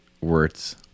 words